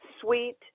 sweet